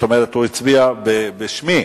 והוא הצביע בשמי,